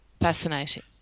fascinating